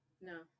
No